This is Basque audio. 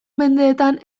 mendeetan